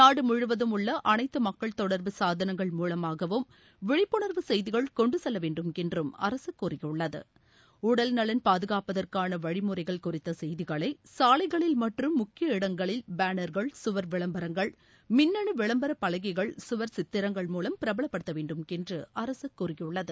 நாடு முழுவதும் உள்ள அனைத்து மக்கள் தொடர்பு சாதனங்கள் மூலமாகவும் விழிப்புணர்வு செய்திகள் கொண்டு செல்ல வேண்டும் என்றும் அரசு கூறியுள்ளது உடல்நலன் பாதுகாப்பதற்கான வழிமுறைகள் குறித்த செய்திகளை சாலைகளில் மற்றும் முக்கிய இடங்களில் பேனர்கள் சுவர் விளம்பரங்கள் மின்னனு விளம்பர பலகைகள் சித்திரங்கள் மூலம் பிரபலப்படுத்த வேண்டும் என்று அரசு கூறியுள்ளது